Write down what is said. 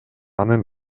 анын